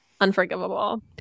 Unforgivable